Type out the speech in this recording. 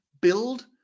build